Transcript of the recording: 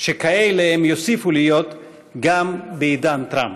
שכאלה הם יוסיפו להיות גם בעידן טראמפ.